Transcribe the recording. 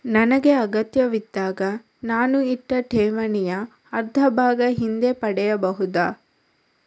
ನನಗೆ ಅಗತ್ಯವಿದ್ದಾಗ ನಾನು ಇಟ್ಟ ಠೇವಣಿಯ ಅರ್ಧಭಾಗ ಹಿಂದೆ ಪಡೆಯಬಹುದಾ?